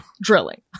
drilling